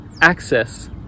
access